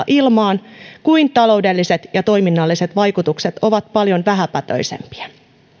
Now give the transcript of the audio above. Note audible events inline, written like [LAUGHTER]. [UNINTELLIGIBLE] ilmaan ikään kuin taloudelliset ja toiminnalliset vaikutukset olisivat paljon vähäpätöisempiä